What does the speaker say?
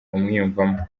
umwiyumvamo